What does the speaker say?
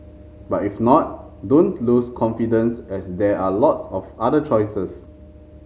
but if not don't lose confidence as there are lots of other choices